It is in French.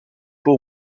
peau